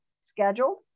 scheduled